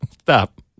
Stop